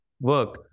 work